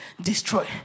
Destroy